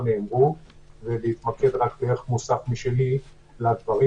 נאמרו ולהתמקד רק בערך מוסף משלי לדברים.